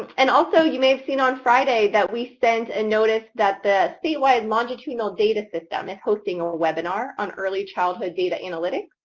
and also, you may have seen on friday that we sent a notice that the statewide longitudinal data system is hosting a webinar on early childhood data analytics,